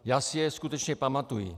Já si je skutečně pamatuji.